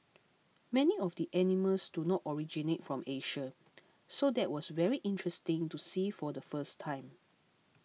many of the animals do not originate from Asia so that was very interesting to see for the first time